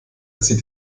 zieht